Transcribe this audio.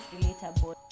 relatable